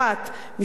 משפט אחרון,